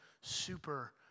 super